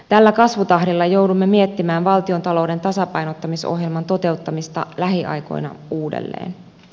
tällä kasvutahdilla joudumme miettimään valtiontalouden tasapainottamisohjelman toteuttamista lähiaikoina uudelleen